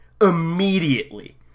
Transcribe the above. immediately